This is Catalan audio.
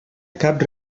cap